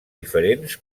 diferents